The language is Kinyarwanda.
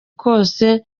kose